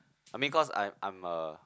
I mean cause I'm I'm a